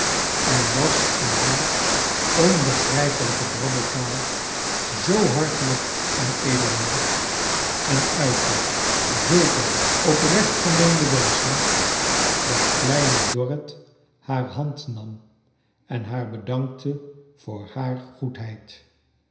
en was in haar onbegrijpelijke brabbeltaal zoo hartelij k en edelmoedig en uitte zulke oprecht gemeende wenschen dat kleine dorrit haar hand nam en haar bedankte voor haar goedheid